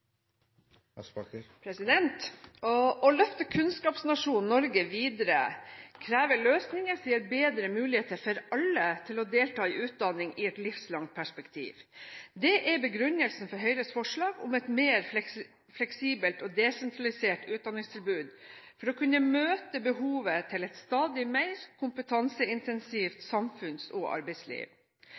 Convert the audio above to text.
Å løfte kunnskapsnasjonen Norge videre krever løsninger som gir bedre muligheter for alle til å delta i utdanning i et livslangt perspektiv. Det er begrunnelsen for Høyres forslag om et mer fleksibelt og desentralisert utdanningstilbud for å kunne møte behovet til et stadig mer kompetanseintensivt samfunns- og arbeidsliv.